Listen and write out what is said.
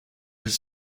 his